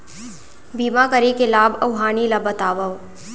बीमा करे के लाभ अऊ हानि ला बतावव